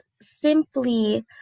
simply